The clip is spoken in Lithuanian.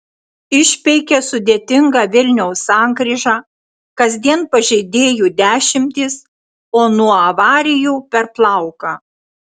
išpeikė sudėtingą vilniaus sankryžą kasdien pažeidėjų dešimtys o nuo avarijų per plauką